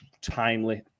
timely